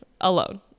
alone